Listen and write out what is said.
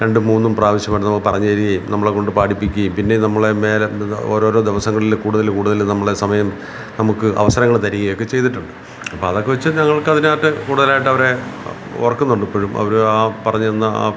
രണ്ടും മൂന്നും പ്രാവശ്യമായിട്ട് നമുക്ക് പറഞ്ഞ് തരുകയും നമ്മളെക്കൊണ്ട് പാടിപ്പിക്കേം പിന്നെ നമ്മൾ നേരെ ഓരോരോ ദിവസങ്ങളിൽ കൂടുതൽ കൂടുതൽ നമ്മളുടെ സമയം നമുക്ക് അവസരങ്ങൾ തരിക ഒക്കെ ചെയ്തിട്ടുണ്ട് അപ്പം അതൊക്കെ വെച്ച് ഞങ്ങൾക്ക് അതിനകത്ത് കൂടുതലായിട്ട് അവരെ ഓർക്കുന്നുണ്ട് ഇപ്പോഴും അവർ ആ പറഞ്ഞ് തന്ന ആ